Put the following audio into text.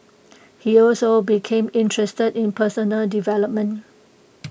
he also became interested in personal development